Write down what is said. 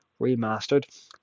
remastered